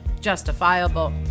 justifiable